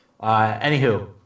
Anywho